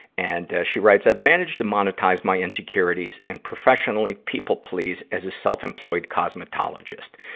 and, ah, she writes, i've managed to monetize my insecurities and professionally people-please as a self-employed cosmetologist.